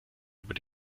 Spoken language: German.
über